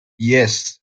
yes